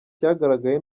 cyagaragaye